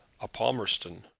a palmerston.